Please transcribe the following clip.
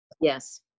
Yes